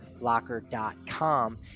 locker.com